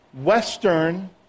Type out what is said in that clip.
Western